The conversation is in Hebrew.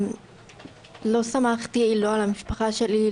לא סמכתי לא על המשפחה שלי,